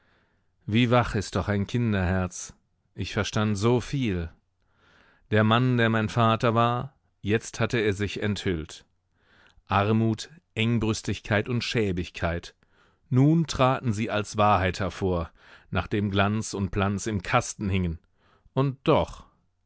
wie wach ist doch ein kinderherz ich verstand so viel der mann der mein vater war jetzt hatte er sich enthüllt armut engbrüstigkeit und schäbigkeit nun traten sie als wahrheit hervor nachdem glanz und planz im kasten hingen und doch